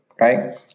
Right